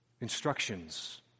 Instructions